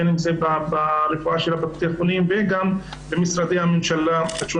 בין אם זה ברפואה של בתי-החולים וגם במשרדי הממשלה.